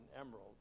emerald